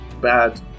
Bad